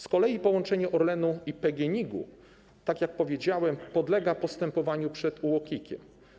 Z kolei połączenie Orlenu i PGNiG, tak jak powiedziałem, podlega postępowaniu przed UOKiK-em.